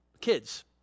kids